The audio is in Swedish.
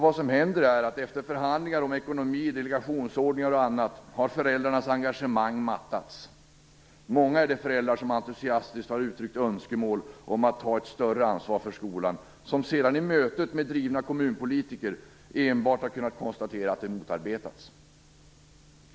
Vad som händer är nämligen att efter förhandlingar om ekonomi, delegationsordningar och annat har föräldrarnas engagemang mattats. Många är de föräldrar som entusiastiskt har uttryckt önskemål om att ta ett större ansvar för skolan, och som sedan i mötet med drivna kommunpolitiker enbart har kunnat konstatera att de motarbetats.